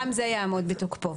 גם זה יעמוד בתוקפו.